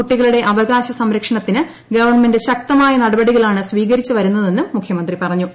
കുട്ടികളുടെ അവകാശ സംരക്ഷണത്തിന് ഗവൺമെന്റ് ശക്തമായ നടപടികളാണ് സ്വീകരിച്ചു വരുന്നതെന്നും മുഖ്യമന്ത്രി പറഞ്ഞു